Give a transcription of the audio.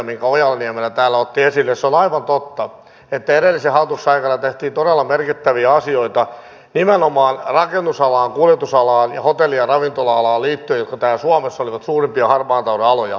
se on aivan totta että edellisen hallituksen aikana tehtiin todella merkittäviä asioita nimenomaan rakennusalaan kuljetusalaan ja hotelli ja ravintola alaan liittyen jotka täällä suomessa olivat suurimpia harmaan talouden aloja